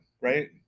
right